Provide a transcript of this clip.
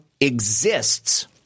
exists